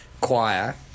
Choir